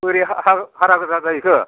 बोरै हारा हारागोजा जाहैखो